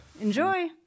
Enjoy